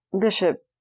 Bishop